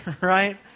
right